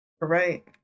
Right